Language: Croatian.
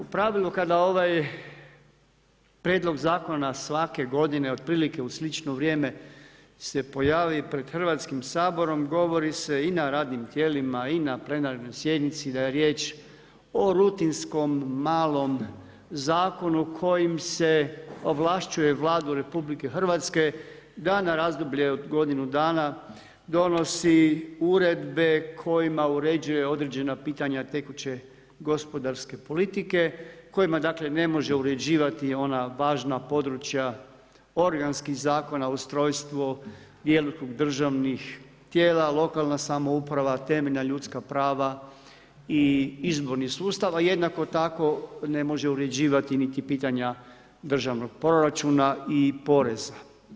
pravilu kada ovaj Prijedlog Zakona svake godine otprilike u slično vrijeme se pojavi pred Hrvatskim saborom govori se i na radnim tijelima i na plenarnoj sjednici da je riječ o rutinskom malom Zakonu kojim se ovlašćuje Vladu RH da na razdoblje od godinu dana donosi uredbe kojima uređuje određena pitanja tekuće gospodarske politike, kojima dakle ne može uređivati ona važna područja organskih zakona, ustrojstvo, djelokrug državnih tijela, lokalna samouprava, temeljna ljudska prava i izborni sustav, a jednako tako ne može uređivati niti pitanja državnog proračuna i poreza.